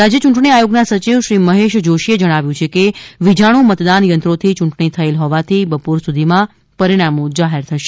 રાજ્ય યૂંટણી આયોગના સચિવ શ્રી મહેશ જોષી જણાવ્યું છે કે વીજાણુ મતદાન યંત્રોથી યૂંટણી થયેલ હોવાથી બપોર સુધીમાં પરિણામો જાહેર થશે